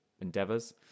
endeavors